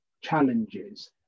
challenges